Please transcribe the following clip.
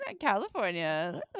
California